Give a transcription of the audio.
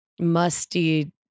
musty